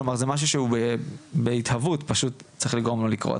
כלומר זה משהו שהוא בהתהוות פשוט צריכים לגרום לו לקרות,